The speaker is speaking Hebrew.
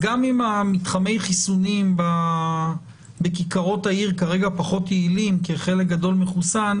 גם אם מתחמי החיסונים בכיכרות העיר כרגע פחות יעילים כי חלק גדול מחוסן,